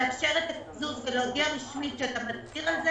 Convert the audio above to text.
לאפשר את הקיצוץ ולהודיע רשמית שאתה מצהיר על זה,